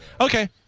Okay